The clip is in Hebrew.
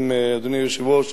אדוני היושב-ראש,